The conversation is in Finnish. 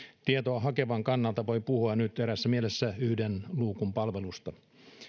tietoa hakevan kannalta voi puhua nyt eräässä mielessä yhden luukun palvelusta